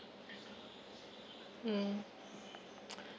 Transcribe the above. mm